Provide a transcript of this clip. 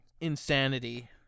Insanity